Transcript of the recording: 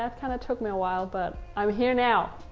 ah kinda took me awhile, but i'm here now,